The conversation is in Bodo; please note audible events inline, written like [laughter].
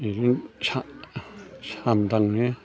बिदिनो [unintelligible] दानो